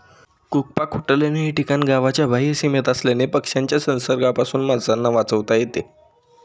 कुक्पाकुटलन हे ठिकाण गावाच्या बाह्य सीमेत असल्याने पक्ष्यांच्या संसर्गापासून माणसांना वाचवता येते